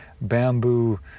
bamboo